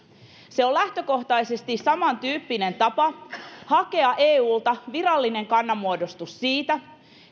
se on lähtökohtaisesti samantyyppinen tapa hakea eulta virallinen kannanmuodostus siitä